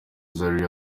zari